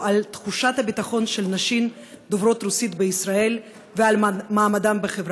על תחושת הביטחון של נשים דוברות רוסית בישראל ועל מעמדן בחברה.